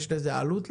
יש לזה עלות לאוצר?